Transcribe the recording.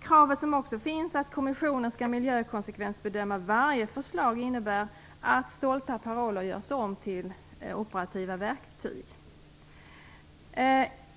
Kravet att Kommissionen skall miljökonsekvensbedöma varje förslag innebär att stolta paroller görs om till operativa verktyg.